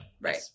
right